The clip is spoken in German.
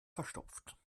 verstopft